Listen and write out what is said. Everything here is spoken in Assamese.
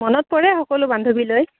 মনত পৰে সকলো বান্ধৱীলৈ